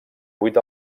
vuit